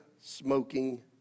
smoking